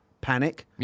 panic